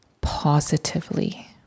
positively